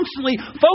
constantly